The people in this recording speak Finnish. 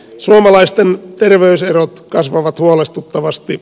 suomalaisten terveyserot kasvavat huolestuttavasti